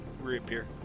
reappear